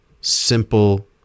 simple